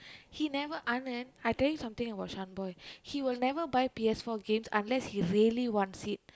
he never Anand I tell you something about Shaan boy he will never buy P_S-four games unless he really wants it